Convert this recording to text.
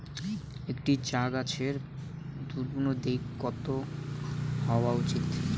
একটি চা গাছের পূর্ণদৈর্ঘ্য কত হওয়া উচিৎ?